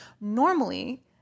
Normally